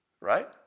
Right